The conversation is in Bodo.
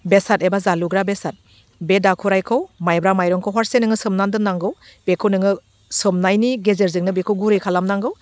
बेसाद एबा जालुग्रा बेसाद बे दाखुराइयखौ माइब्रा माइरंखौ हरसे नोङो सोमनानै दोन्नांगौ बेखौ नोङो सोबनायनि गेजेरजोंनो बेखौ गुरै खालामनांगौ